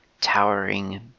towering